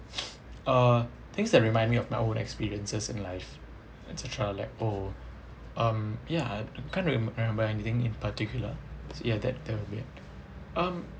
uh things that remind me of my own experiences in life et cetera like oh um ya I I can't remem~ remember anything in particular so ya that that would be it um